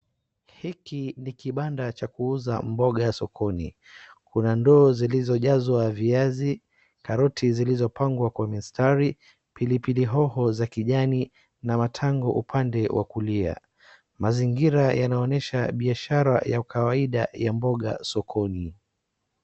Hiki ni kibanda cha kuuza mboga sokoni, kuna ndoo zilizojazwa viazi, karoti zilizopangwa kwa mstari, pilipili hoho za kijani na matango kwa upande wa kulia. Mazingira yanaonyesha biashara ya ukawaida ya boga sokoni.